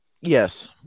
Yes